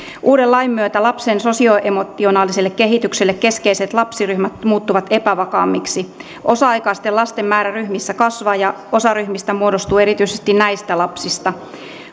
uuden lain myötä lapsen sosioemotionaaliselle kehitykselle keskeiset lapsiryhmät muuttuvat epävakaammiksi osa aikaisten lasten määrä ryhmissä kasvaa ja osa ryhmistä muodostuu erityisesti näistä lapsista